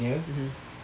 mmhmm